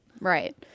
Right